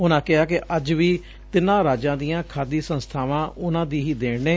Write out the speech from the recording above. ਉਨਾਂ ਕਿਹਾ ਕਿ ਅੰਜ ਵੀ ਤਿੰਨਾਂ ਰਾਜਾਂ ਦੀਆਂ ਖਾਦੀ ਸੰਸਬਾਵਾਂ ਉਨਾਂ ਦੀ ੱਹੀ ਦੇਣ ਨੇ